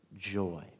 joy